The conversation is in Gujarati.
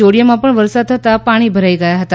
જોડીયામાં પણ વરસાદ થતાં પાણી ભરાઈ ગયા હતા